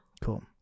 Cool